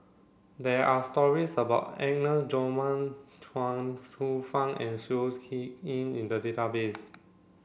there are stories about Agnes Joaquim Chuang Hsueh Fang and Seow Yit Kin in the database